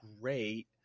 great